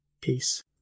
peace